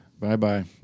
Bye-bye